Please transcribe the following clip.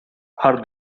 her